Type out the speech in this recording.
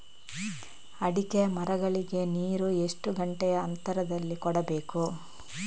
ಅಡಿಕೆ ಮರಗಳಿಗೆ ನೀರು ಎಷ್ಟು ಗಂಟೆಯ ಅಂತರದಲಿ ಕೊಡಬೇಕು?